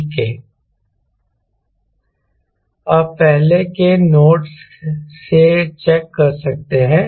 CL CD03K आप पहले के नोट से चेक कर सकते हैं